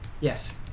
Yes